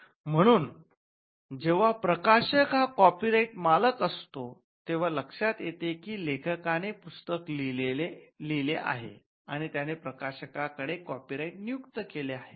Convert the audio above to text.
म्हणून जेव्हा प्रकाशक हा कॉपीराइट मालक असतो तेव्हा लक्षात येते की लेखकाने पुस्तक लिहिले आहे आणि त्याने प्रकाशकाकडे कॉपीराइट नियुक्त केले आहेत